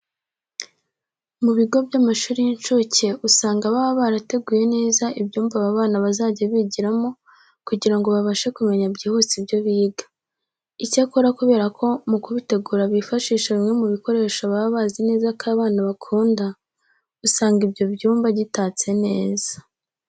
Mu bigo by'amashuri y'incuke usanga baba barateguye neza ibyumba aba bana bazajya bigiramo kugira ngo babashe kumenya byihuse ibyo biga. Icyakora kubera ko mu kubitegura bifashisha bimwe mu bikoresho baba bazi neza ko abana bakunda, usanga ibyo byumba gitatse neza.